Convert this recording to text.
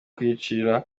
kwicira